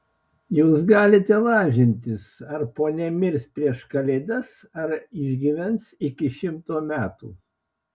jūs galite lažintis ar ponia mirs prieš kalėdas ar išgyvens iki šimto metų